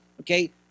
Okay